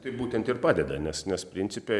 tai būtent ir padeda nes nes principe